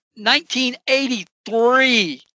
1983